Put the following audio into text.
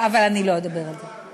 אבל אני לא אדבר על זה.